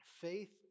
faith